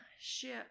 ship